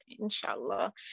inshallah